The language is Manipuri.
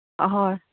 ꯑꯍꯣꯏ